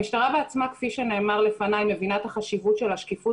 המשטרה בעצמה מבינה את החשיבות של השקיפות